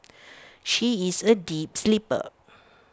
she is A deep sleeper